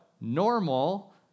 normal